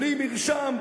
בלי מרשם,